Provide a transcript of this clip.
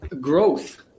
growth